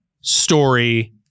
story